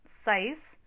size